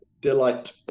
delight